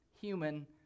human